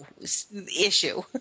issue